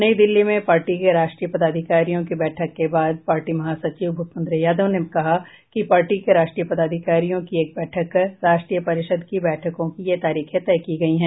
नई दिल्ली में पार्टी के राष्ट्रीय पदाधिकारियों की बैठक के बाद पार्टी महासचिव भूपेन्द्र यादव ने कहा कि पार्टी के राष्ट्रीय पदाधिकारियों की एक बैठक कर राष्ट्रीय परिषद की बैठकों की ये तारीखें तय की गई हैं